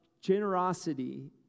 generosity